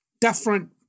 different